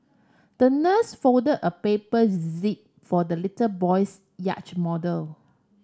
the nurse folded a paper zip for the little boy's yacht model